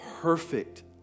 perfect